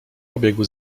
pobiegł